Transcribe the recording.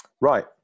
Right